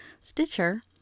Stitcher